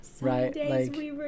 right